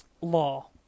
law